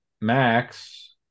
Max